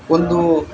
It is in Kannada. ಒಂದು